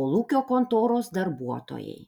kolūkio kontoros darbuotojai